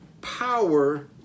power